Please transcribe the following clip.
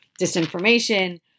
disinformation